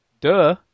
Duh